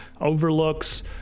overlooks